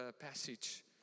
passage